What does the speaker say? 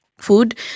food